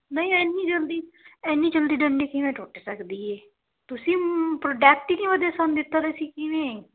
ਨਹੀਂ ਇੰਨੀ ਜਲਦੀ ਐਨੀ ਜਲਦੀ ਡੰਡੀ ਕਿਵੇਂ ਟੁੱਟ ਸਕਦੀ ਹੈ ਤੁਸੀਂ ਪ੍ਰੋਡਕਟ ਹੀ ਨਹੀਂ ਵਧੀਆ ਸਾਨੂੰ ਦਿੱਤਾ ਤੁਸੀਂ ਕਿਵੇਂ